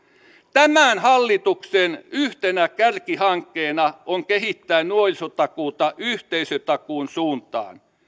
tämän hallituksen yhtenä kärkihankkeena on kehittää nuorisotakuuta yhteisötakuun suuntaan